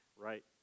right